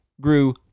grew